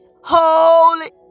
holy